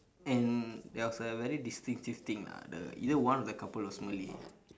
and there was a very distinctive thing ah the either one of the couple was malay